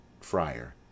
FRIAR